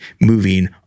moving